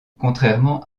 contrairement